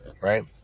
right